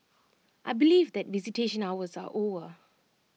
I believe that visitation hours are over